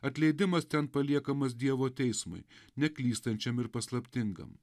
atleidimas ten paliekamas dievo teismui neklystančiam ir paslaptingam